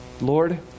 Lord